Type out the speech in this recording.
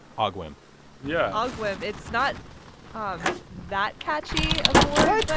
ogwimb yeah ah ogwimb. it's not um that catchy of a word but